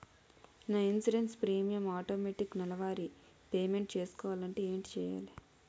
నా insurance premium automatic నెలవారి payment చేసుకోవాలంటే ఏంటి చేయాలి?